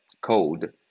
code